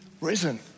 risen